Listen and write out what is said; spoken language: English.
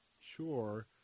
sure